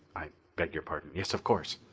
i beg your pardon. yes, of course!